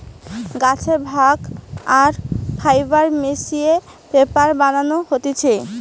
গাছের ভাগ আর ফাইবার মিশিয়ে পেপার বানানো হতিছে